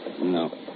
No